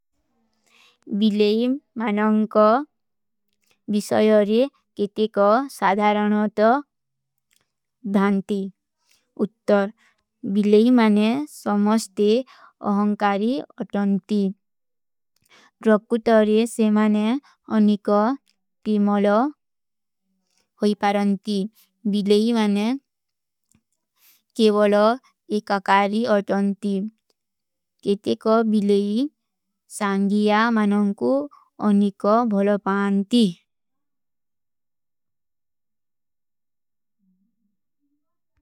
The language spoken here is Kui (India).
ବିଲେଈ ମାନଂଗ କା ଵିଶଯ ହରେ କେଟେ କା ସାଧାରନତ ଧାନତୀ। ଉତ୍ତର, ବିଲେଈ ମାନେ ସମସ୍ତେ ଅହଂକାରୀ ଅଠନତୀ। ରଖୁତ ହରେ ସେ ମାନେ ଅନିକା କେମଲ ହୋଈ ପାରନତୀ। ବିଲେଈ ମାନେ କେବଲା ଏକାକାରୀ ଅଠନତୀ। କେଟେ କା ବିଲେଈ ସାଂଗୀଯା ମାନଂଗ କୋ ଅନିକା ଭଲପାନତୀ।